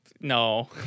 no